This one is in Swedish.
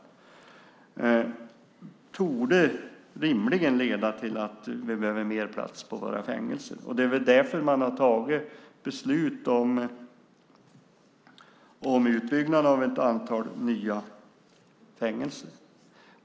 Det torde rimligen leda till att vi behöver mer plats på våra fängelser, och det är väl därför man har tagit beslut om utbyggnad av ett antal nya fängelser.